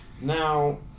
Now